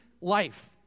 life